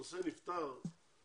הנושא נפתר,